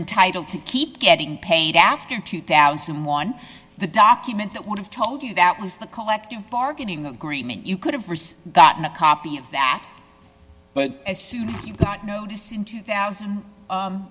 entitled to keep getting paid after two thousand and one the document that would have told you that was the collective bargaining agreement you could have received gotten a copy of that but as soon as you got notice in two thousand